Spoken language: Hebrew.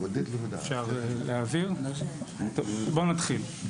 בואו נתחיל.